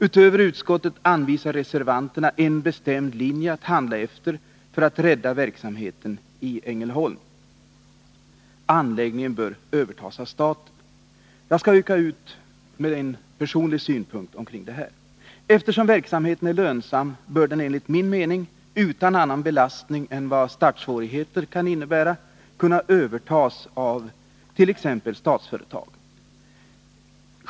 Utöver vad utskottsmajoriteten anför anvisar reservanterna en bestämd linje att handla efter för att rädda verksamheten i Ängelholm: anläggningen bör övertas av staten. Jag skall till detta foga en personlig synpunkt. Eftersom verksamheten är lönsam bör den enligt min mening utan annan belastning än följderna av själva omläggningen kunna övertas av t.ex. Statsföretag.